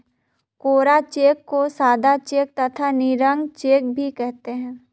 कोरा cheque को सादा cheque तथा निरंक चेक भी कहते हैं